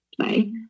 play